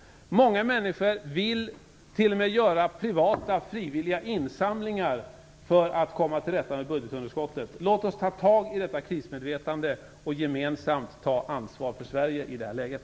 Många människor vill t.o.m. göra privata frivilliga insamlingar för att komma till rätta med budgetunderskottet. Låt oss ta tag i detta krismedvetande och gemensamt ta ansvar för Sverige i det här läget.